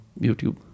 YouTube